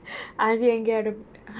அது எங்கேயாதும்:athu engeiyathum